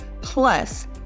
Plus